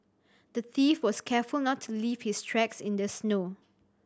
the thief was careful not to leave his tracks in the snow